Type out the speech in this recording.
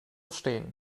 stehen